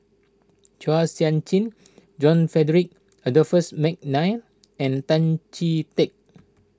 Chua Sian Chin John Frederick Adolphus McNair and Tan Chee Teck